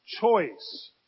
choice